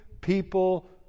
people